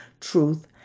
truth